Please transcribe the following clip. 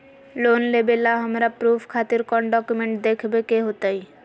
Loan लेबे ला हमरा प्रूफ खातिर कौन डॉक्यूमेंट देखबे के होतई?